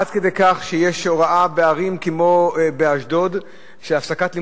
עד כדי כך שיש הוראה בערים כמו באשדוד על הפסקת לימודים.